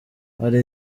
hari